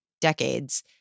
decades